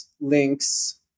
links